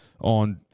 on